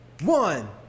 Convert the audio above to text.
one